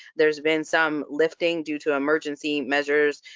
there's been some lifting due to emergency measures,